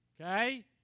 Okay